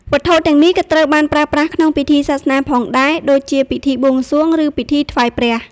វត្ថុទាំងនេះក៏ត្រូវបានប្រើប្រាស់ក្នុងពិធីសាសនាផងដែរដូចជា ពិធីបួងសួង ឬពិធីថ្វាយព្រះ។